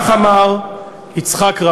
זה מה שאתם עושים, כך אמר יצחק רבין,